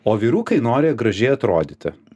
o vyrukai nori gražiai atrodyti